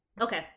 Okay